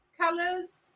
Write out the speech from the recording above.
colors